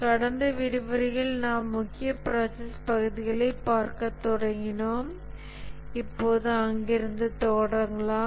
கடந்த விரிவரையில் நாம் முக்கிய ப்ராசஸ் பகுதிகளைப் பார்க்கத் தொடங்கினோம் இப்போது அங்கிருந்து தொடரலாம்